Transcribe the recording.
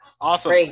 Awesome